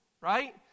Right